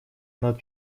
над